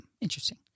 Interesting